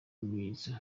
ibimenyetso